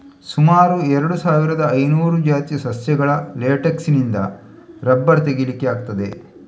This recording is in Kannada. ಸುಮಾರು ಎರಡು ಸಾವಿರದ ಐನೂರು ಜಾತಿಯ ಸಸ್ಯಗಳ ಲೇಟೆಕ್ಸಿನಿಂದ ರಬ್ಬರ್ ತೆಗೀಲಿಕ್ಕೆ ಆಗ್ತದೆ